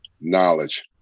knowledge